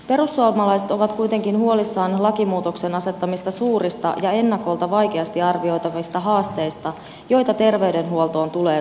perussuomalaiset ovat kuitenkin huolissaan lakimuutoksen asettamista suurista ja ennakolta vaikeasti arvioitavista haasteista joita terveydenhuoltoon tulee kohdistumaan